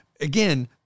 again